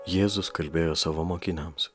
jėzus kalbėjo savo mokiniams